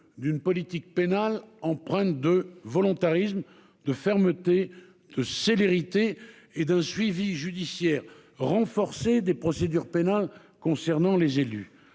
d'une politique pénale empreinte de volontarisme, de fermeté, de célérité et d'un suivi judiciaire renforcé des procédures pénales concernant les élus,